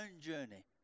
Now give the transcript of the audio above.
journey